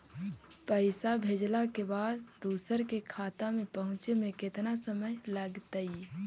पैसा भेजला के बाद दुसर के खाता में पहुँचे में केतना समय लगतइ?